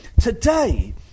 today